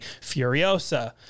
Furiosa